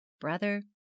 Brother